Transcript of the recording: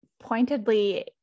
pointedly